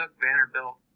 Vanderbilt